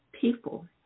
people